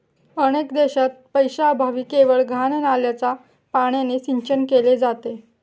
अनेक देशांत पैशाअभावी केवळ घाण नाल्याच्या पाण्याने सिंचन केले जाते